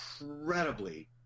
incredibly